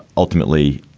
ultimately,